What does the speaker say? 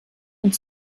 und